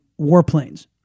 warplanes